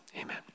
amen